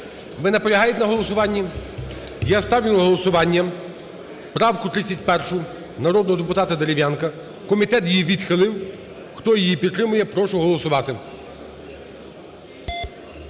Ви наполягаєте на голосуванні? Я ставлю на голосування правку 31 народного депутата Дерев'янка. Комітет її відхилив. Хто її підтримує, прошу голосувати.